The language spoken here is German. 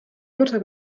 mutter